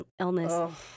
illness